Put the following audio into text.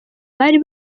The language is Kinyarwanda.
bari